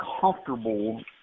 comfortable